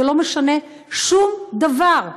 זה לא משנה שום דבר.